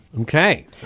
Okay